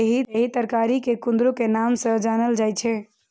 एहि तरकारी कें कुंदरू के नाम सं जानल जाइ छै